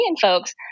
folks